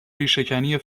ریشهکنی